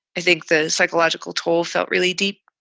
i think the psychological toll felt really deep.